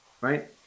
right